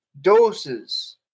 Doses